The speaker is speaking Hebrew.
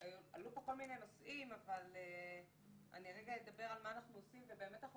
עלו פה כל מיני נושאים אבל אני אדבר על מה אנחנו עושים ובאמת אנחנו